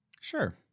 sure